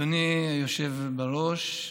אדוני היושב-ראש,